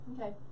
okay